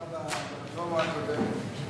נגמר ברפורמה הקודמת.